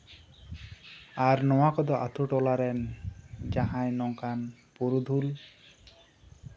ᱟᱨ ᱱᱚᱶᱟ ᱠᱚᱫᱚ ᱟᱛᱳ ᱴᱚᱞᱟ ᱨᱮᱱ ᱡᱟᱦᱟᱸᱭ ᱱᱚᱝᱠᱟᱱ ᱯᱩᱨᱩᱫᱷᱩᱞ